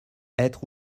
être